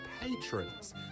patrons